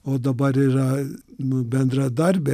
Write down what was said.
o dabar yra nu bendradarbiai